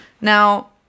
Now